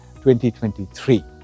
2023